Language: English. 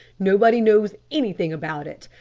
nobody knows anything about it,